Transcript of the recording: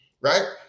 right